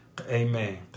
Amen